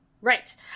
Right